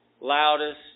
loudest